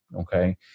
Okay